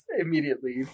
immediately